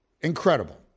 Incredible